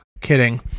kidding